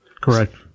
Correct